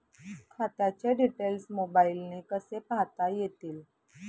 खात्याचे डिटेल्स मोबाईलने कसे पाहता येतील?